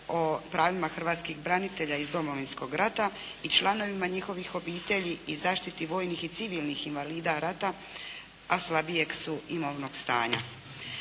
o pravima hrvatskih branitelja iz Domovinskog rata i članovima njihovih obitelji i zaštiti vojnih i civilnih invalida rata, a slabijeg su imovnog stanja.